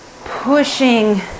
pushing